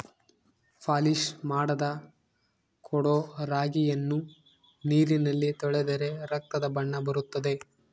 polish ಮಾಡದ ಕೊಡೊ ರಾಗಿಯನ್ನು ನೀರಿನಲ್ಲಿ ತೊಳೆದರೆ ರಕ್ತದ ಬಣ್ಣ ಬರುತ್ತದೆ